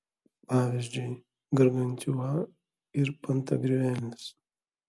pavyzdžiui gargantiua ir pantagriuelis